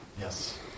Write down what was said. Yes